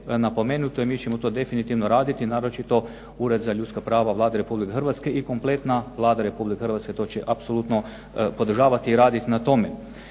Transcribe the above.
napomenuto i mi ćemo to definitivno raditi naročito Ured za ljudska prava Vlade Republike Hrvatske i kompletna Vlada Republike Hrvatske to će apsolutno podržavati i raditi na tome.